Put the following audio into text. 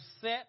set